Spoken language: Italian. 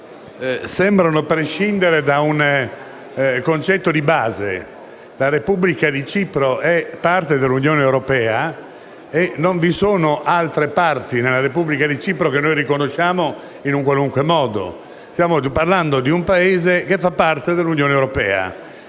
sembrano prescindere da un concetto di base: la Repubblica di Cipro è parte dell'Unione europea e non vi sono altre parti nella Repubblica di Cipro che noi non riconosciamo in un qualunque modo. Stiamo parlando di un Paese che fa parte dell'Unione europea,